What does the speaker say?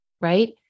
right